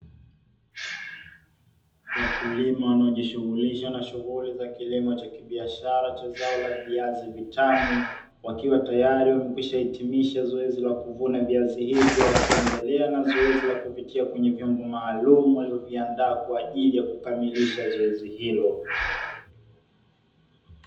Wakulima wanaojishughulisha na shughuli za kilimo cha kibiashara cha zao la viazi vitamu, wakiwa tayari wamekwishahitimisha zoezi la kuvuna viazi hivi, hivyo wakiendelea na zoezi kuvitia kwenye vyombo maalumu walivyoviandaa kwa ajili ya kukamilisha zoezi hilo.